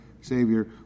Savior